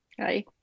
Hi